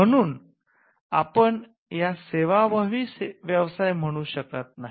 म्हणून आपण यास सेवाभावी व्यवसाय म्हणून शकत नाही